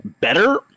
better